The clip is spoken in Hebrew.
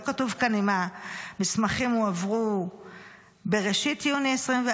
לא כתוב כאן אם המסמכים הועברו בראשית יוני 2024,